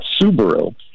Subaru